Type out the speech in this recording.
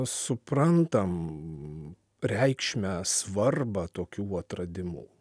suprantam reikšmę svarbą tokių atradimų